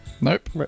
Nope